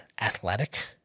athletic